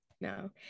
no